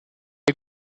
est